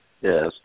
Yes